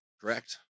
Correct